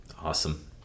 Awesome